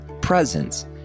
presence